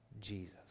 Jesus